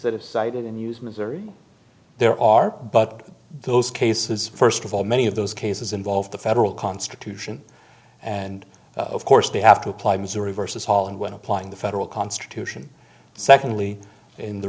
that is cited in use missouri there are but those cases first of all many of those cases involve the federal constitution and of course they have to apply missouri versus holland when applying the federal constitution secondly in the